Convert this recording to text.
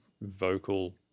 vocal